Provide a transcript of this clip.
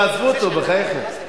תעזבו אותו, בחייכם.